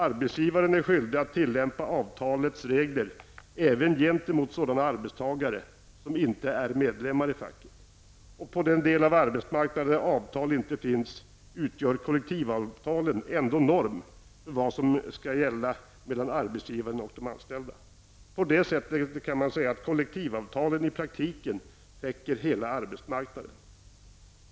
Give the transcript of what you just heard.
Arbetsgivaren är skyldig att tillämpa avtalets regler även gentemot sådana arbetstagare som inte är medlemmar i facket. På den del av arbetsmarknaden där avtal inte finns, utgör kollektivavtalen ändå norm för vad som skall gälla mellan arbetsgivaren och de anställda. På det sättet kan man säga att kollektivavtalen i praktiken täcker hela arbetsmarknaden.